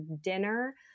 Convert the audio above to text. dinner